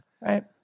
Right